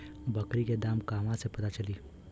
बकरी के दाम कहवा से पता चली?